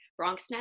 BronxNet